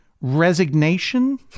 resignation